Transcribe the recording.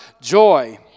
joy